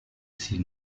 sie